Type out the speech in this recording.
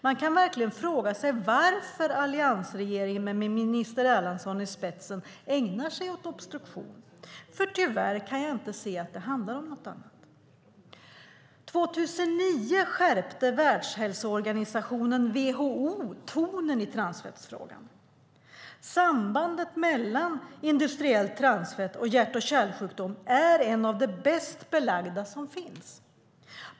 Man kan verkligen fråga sig varför alliansregeringen med minister Erlandsson i spetsen ägnar sig åt obstruktion. Tyvärr kan jag inte se att det handlar om något annat. År 2009 skärpte Världshälsoorganisationen, WHO, tonen i transfettsfrågan. Sambandet mellan industriellt transfett och hjärt-kärlsjukdom är ett av de bäst belagda som finns.